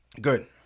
Good